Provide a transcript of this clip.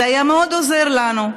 זה היה מאוד עוזר לנו,